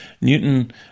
Newton